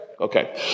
Okay